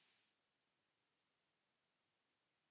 Kiitos.